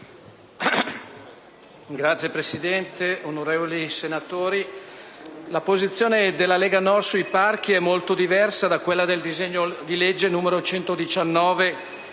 la posizione della Lega Nord sui parchi è molto diversa da quella del disegno di legge n.119,